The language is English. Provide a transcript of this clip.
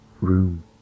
room